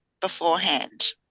beforehand